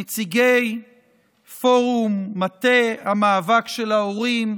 נציגי פורום מטה המאבק של ההורים.